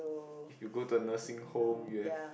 if you go to a nursing home you have